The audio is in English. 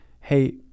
hey